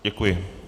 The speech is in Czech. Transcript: Děkuji.